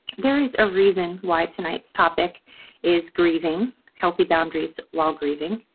there is a reason why tonight's topic is grieving healthy boundaries while grieving.